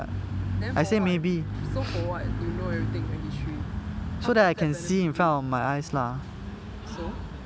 then for what so for what you know everything in the history how does that benefit you so